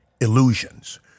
illusions